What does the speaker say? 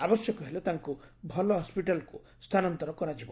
ଆବଶ୍ୟକ ହେଲେ ତାଙ୍କୁ ଭଲ ହସିଟାଲ୍କୁ ସ୍ଚାନାନ୍ନର କରାଯିବ